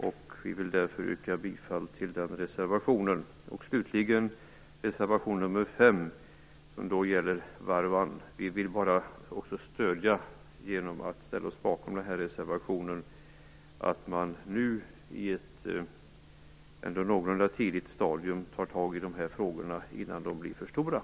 Jag vill därför yrka bifall till denna reservation. Slutligen vill vi, genom att ställa oss bakom reservation nr 5 som gäller varroa, stödja att man nu i ett någorlunda tidigt stadium tar tag i detta problem innan det blir för stort.